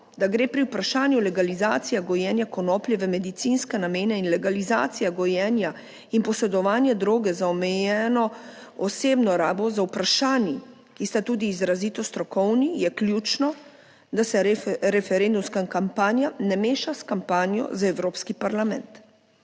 da gre pri vprašanju legalizacija gojenja konoplje v medicinske namene in legalizacija gojenja in posedovanje droge za omejeno osebno rabo, z vprašanji, ki sta tudi izrazito strokovni, je ključno, da se referendumska kampanja ne meša s kampanjo za Evropski parlament.